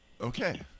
Okay